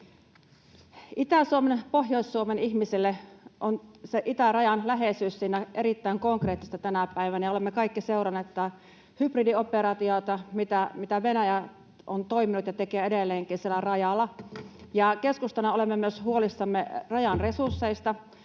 Itä-Suomen ja Pohjois-Suomen ihmiselle itärajan läheisyys on erittäin konkreettista tänä päivänä, ja olemme kaikki seuranneet tätä hybridioperaatiota, mitä Venäjä on tehnyt ja tekee edelleenkin siellä rajalla, ja keskustana olemme myös huolissamme Rajan resursseista.